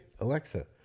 Alexa